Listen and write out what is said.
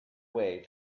way